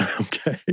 Okay